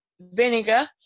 vinegar